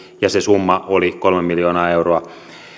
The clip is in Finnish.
ja se summa oli kolme miljoonaa euroa